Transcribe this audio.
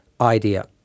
idea